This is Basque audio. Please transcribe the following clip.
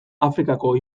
afrikako